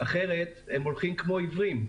אחרת הם הולכים כמו עיוורים,